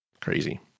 Crazy